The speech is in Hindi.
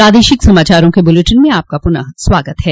प्रादेशिक समाचारों के इस बुलेटिन में आपका फिर से स्वागत है